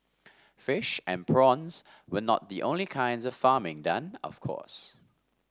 fish and prawns were not the only kinds of farming done of course